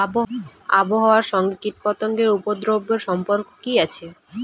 আবহাওয়ার সঙ্গে কীটপতঙ্গের উপদ্রব এর সম্পর্ক কি আছে?